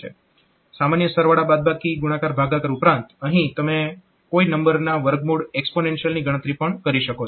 સામાન્ય સરવાળા બાદબાકી ગુણાકાર ભાગાકાર ઉપરાંત અહીં તમે કોઈ નંબરના વર્ગમૂળ એક્સ્પોનેન્શિયલની ગણતરી પણ કરી શકો છો